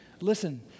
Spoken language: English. Listen